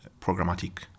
programmatic